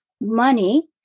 money